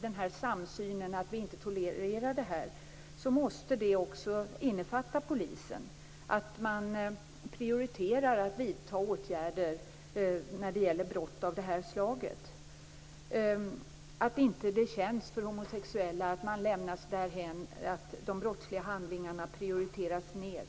Den här samsynen, dvs. att vi inte tolererar detta, måste också innefatta polisen. Man måste prioritera att vidta åtgärder mot brott av det här slaget. De homosexuella får inte känna att de lämnas därhän och att de brottsliga handlingarna prioriteras ned.